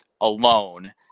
alone